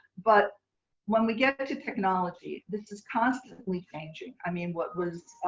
but when we get the technology, this is constantly changing. i mean what was